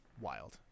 wild